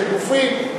לחלופין,